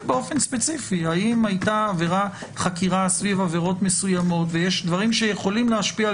התנהלו עליו חקירות מפה ועד